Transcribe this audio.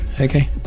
Okay